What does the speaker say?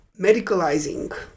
medicalizing